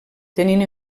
tenint